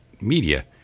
media